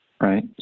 right